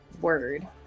Word